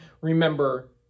remember